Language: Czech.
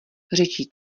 řečí